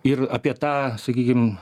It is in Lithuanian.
ir apie tą sakykim